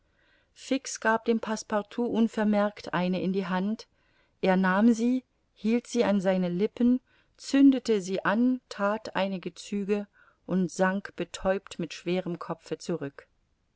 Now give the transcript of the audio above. fix gab dem passepartout unvermerkt eine in die hand er nahm sie hielt sie an seine lippen zündete sie an that einige züge und sank betäubt mit schwerem kopfe zurück